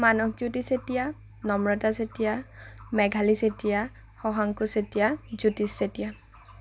Manasjyoti Chetia Namrata Chetia Meghali Chetia Shashanku Chetia Jyotish Chetia